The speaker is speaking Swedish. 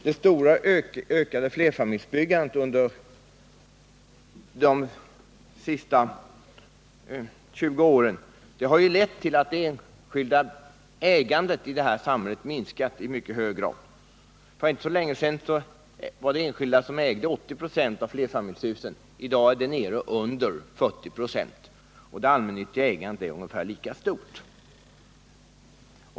Den stora ökningen av flerfamiljshusbyggandet under de senaste 20 åren har ju lett till att det enskilda ägandet i detta område har minskat i mycket hög grad. För inte så länge sedan ägde enskilda 80 96 av flerfamiljshusen. I dag är siffran nere under 40 96, och det allmännyttiga ägandet är ungefär lika stort.